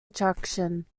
attraction